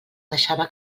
deixava